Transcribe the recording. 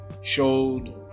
showed